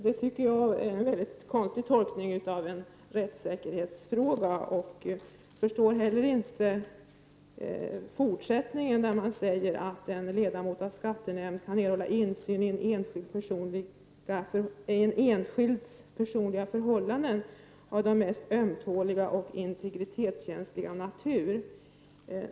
Det tycker jag är en mycket konstig tolkning av rättssäkerhetsfrågan. Jag förstår inte heller fortsättningen, där man säger att en ledamot av en skattenämnd kan erhålla insyn i en enskilds personliga förhållanden av den mest ömtåliga och integritetskänsliga natur.